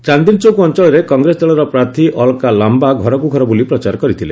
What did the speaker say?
ଚାନ୍ଦିନୀଚୌକ ଅଞ୍ଚଳରୁ କଂଗ୍ରେସ ଦଳର ପ୍ରାର୍ଥୀ ଅଲକା ଲାମ୍ବା ଘରକୁ ଘର ବୁଲି ପ୍ରଚାର କରିଥିଲେ